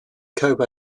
kobe